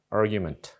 argument